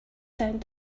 found